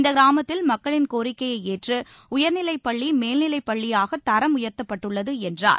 இந்தக் கிராமத்தில் மக்களின் கோரிக்கையை ஏற்று உயர்நிலைப்பள்ளி மேல்நிலைப்பள்ளியாகத் தரம் உயர்த்தப்பட்டுள்ளது என்றார்